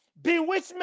bewitchment